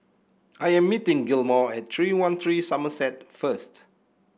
I am meeting Gilmore at Three one three Somerset first